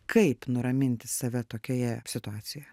kaip nuraminti save tokioje situacijoje